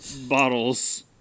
bottles